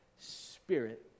spirit